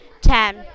ten